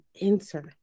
enter